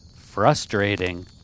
frustrating